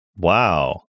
Wow